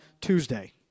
Tuesday